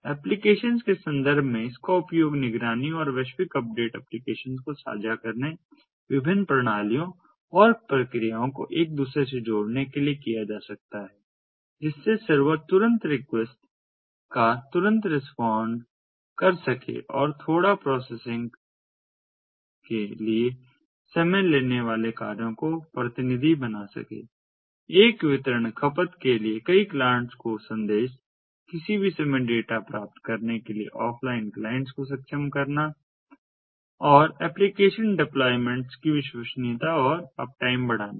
applications के संदर्भ में इसका उपयोग निगरानी और वैश्विक अपडेट ऍप्लिकेशन्स को साझा करने विभिन्न प्रणालियों और प्रक्रियाओं को एक दूसरे से जोड़ने के लिए किया जा सकता है जिससे सर्वर तुरंत रिक्वेस्ट का तुरंत रेस्पॉन्ड कर सके और थोड़ा प्रोसेसिंग के लिए समय लेने वाले कार्यों को प्रतिनिधि बना सके एक वितरण खपत के लिए कई क्लाइंट्स को संदेश किसी भी समय डेटा प्राप्त करने के लिए ऑफ़लाइन क्लाइंट्स को सक्षम करना और एप्लिकेशन डेप्लोय्मेंट्स की विश्वसनीयता और अपटाइम बढ़ाना